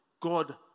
God